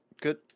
good